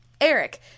Eric